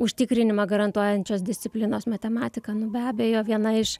užtikrinimą garantuojančios disciplinos matematika be abejo viena iš